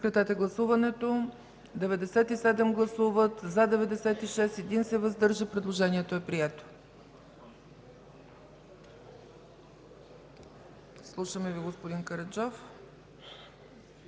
Слушаме Ви, господин Караджов.